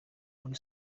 muri